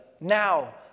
now